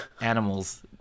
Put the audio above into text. Animals